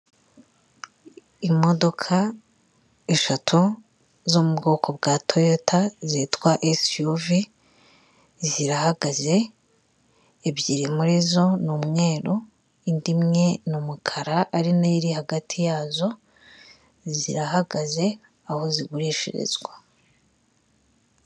Imodoka eshatu zo mu bwoko bwa toyota zitwa esiyuvi zirahagaze ebyiri muri zo ni umweru, indi imwe ni umukara ari nayo iri hagati yazo zirahagaze aho zigurishirizwa.